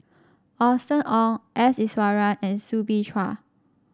Austen Ong S Iswaran and Soo Bin Chua